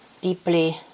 deeply